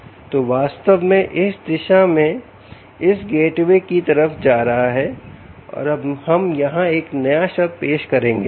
तो डाटा वास्तव में इस दिशा में इस गेटवे की तरफ जा रहा है और अब हम यहां एक नया शब्द पेश करेंगे